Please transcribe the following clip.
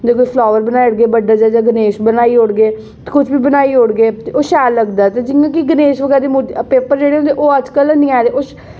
जां कोई फ्लावर बनाई ओड़गे बड्डा जेहा जां गणेश बनाई ओड़गे कुछ बी बनाई ओड़गे ते ओह् शैल लगदा ते जियां की गणेश बगैरा दी मूर्ति पेपर जेह्ड़े होंदे ओह् अजकल है निं आ दे